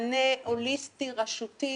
מענה הוליסטי רשותי